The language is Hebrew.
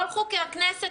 כל חוקי הכנסת,